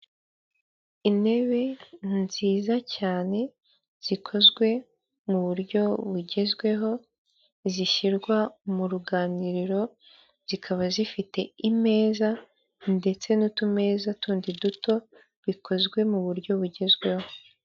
Intebe nziza cyane zikozwe mu buryo bugezweho zishyirwa mu ruganiriro, zikaba zifite imeza ndetse n'utumeza tundi duto bikozwe mu buryo bugezweho.